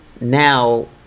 now